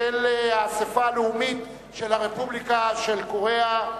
האספה הלאומית של הרפובליקה של קוריאה.